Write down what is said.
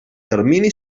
termini